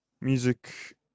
music